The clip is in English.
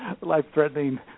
life-threatening